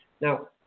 Now